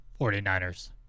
49ers